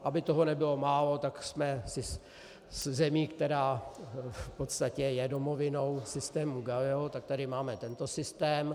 Aby toho nebylo málo, tak jsme zemí, která v podstatě je domovinou systému Galileo, tak tady máme tento systém.